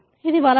ఇది వలస